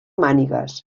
mànigues